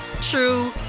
true